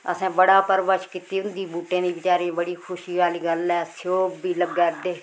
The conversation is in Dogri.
असें बड़ा परवरिश कीती उं'दी बूहटे दी बेचारी बड़ी खुशी आह्ली गल्ल ऐ स्येऊ बी लग्गा दे